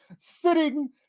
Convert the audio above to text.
sitting